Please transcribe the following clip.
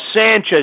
Sanchez